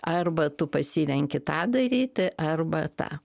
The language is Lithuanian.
arba tu pasirenki tą daryti arba tą